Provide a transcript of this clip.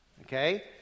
Okay